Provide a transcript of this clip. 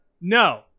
no